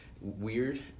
weird